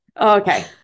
Okay